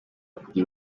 kugira